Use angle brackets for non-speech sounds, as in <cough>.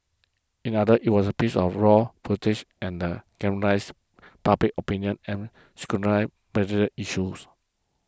in others it was a piece of raw footage and galvanised public opinion and scrutinize <unintelligible> issues